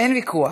אין ויכוח.